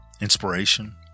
inspiration